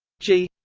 g